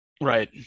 Right